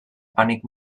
pànic